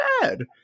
bad